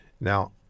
now